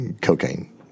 cocaine